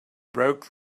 broke